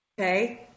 okay